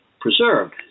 preserved